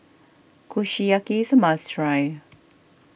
Kushiyaki is a must try